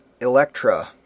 Electra